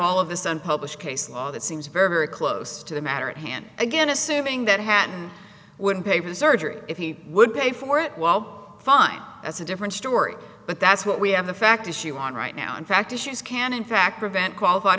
all of this unpublished case law that seems very very close to the matter at hand again assuming that happened wouldn't pay for the surgery if he would pay for it while fine as a different story but that's what we have the fact is she won right now in fact issues can in fact prevent qualified